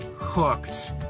hooked